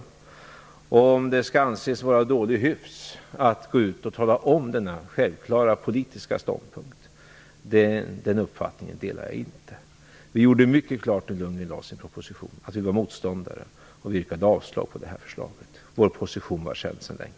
Jag delar inte uppfattningen att det skall anses vara dålig hyfs att gå ut och tala om denna självklara politiska ståndpunkt. När Bo Lundgren lade fram sin proposition gjorde vi mycket klart att vi var motståndare, och vi yrkade avslag på förslaget. Vår position var känd sedan länge.